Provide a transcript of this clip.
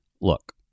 look